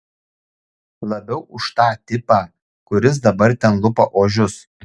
labiau už tą tipą kuris dabar ten lupa ožius